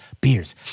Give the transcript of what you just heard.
beers